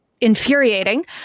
infuriating